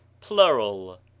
plural